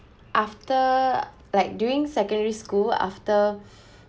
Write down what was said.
after like during secondary school after